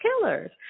killers